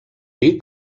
dir